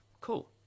cool